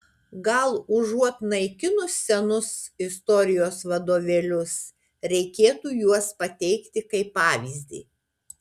gal užuot naikinus senus istorijos vadovėlius reikėtų juos pateikti kaip pavyzdį